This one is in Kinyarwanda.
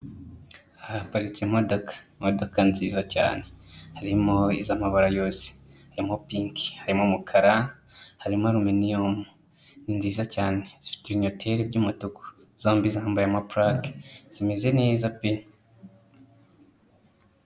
Aha haparitse imodoka, imodokadoka nziza cyane, harimo iz'amabara yose, harimo piki, harimo umukara, harimo aruminiyumu, ni nziza cyane, zifite ibinyoteri by'umutuku, zombi zambaye amapurake, zimeze neza pe.